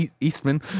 Eastman